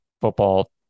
football